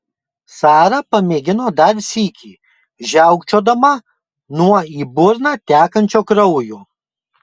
sara pamėgino dar sykį žiaukčiodama nuo į burną tekančio kraujo